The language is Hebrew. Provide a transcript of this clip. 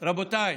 רבותיי,